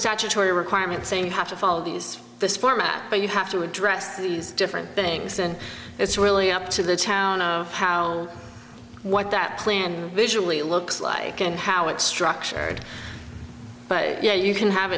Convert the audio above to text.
statutory requirement saying you have to follow these this format but you have to address these different things and it's really up to the town of how what that plan visually looks like and how it's structured but yeah you can have